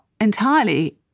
entirely